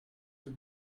the